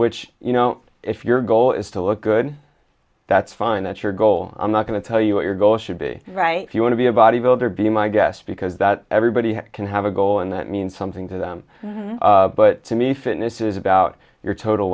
which you know if your goal is to look good that's fine that's your goal i'm not going to tell you what your goal should be right if you want to be a body builder be my guest because that everybody can have a goal and that means something to them but to me fitness is about your total